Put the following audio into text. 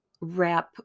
wrap